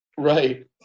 Right